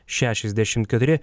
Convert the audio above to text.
šešiasdešim keturi